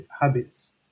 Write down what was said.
habits